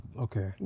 okay